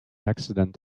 accident